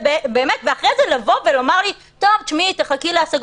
ואחרי זה לבוא ולומר לי: תחכי להשגות.